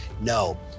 No